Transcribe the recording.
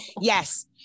Yes